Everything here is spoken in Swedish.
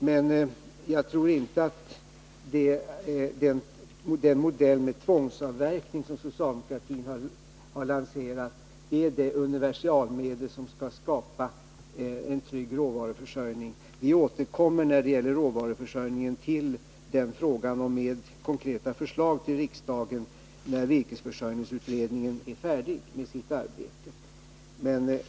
Men jag tror inte att den modell av tvångsavverkning som socialdemokratin har lanserat är det universalmedel som kan skapa en trygg råvaruförsörjning. När det gäller råvaruförsörjningen återkommer vi med konkreta förslag till riksdagen när virkesförsörjningsutredningen är färdig med sitt arbete.